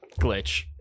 Glitch